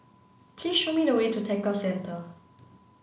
please show me the way to Tekka Centre